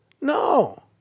No